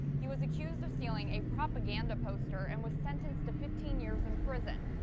he was accused of stealing a propaganda poster and was sentenced to fifteen years in prison.